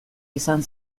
izan